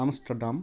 Amsterdam